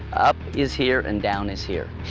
up is here and down is here.